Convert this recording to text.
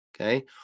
Okay